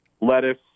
Lettuce